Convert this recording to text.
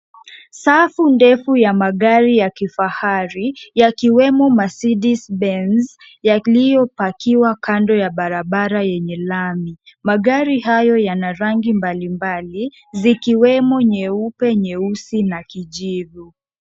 Safu ndefu ya magari ya kifahari yakiwemo Mercedes Benz yaliyopakiwa kando ya barabara yenye lami. Magari hayo yana rangi mbalimbali zikiwemo nyeupe, nyeusi na kijivu.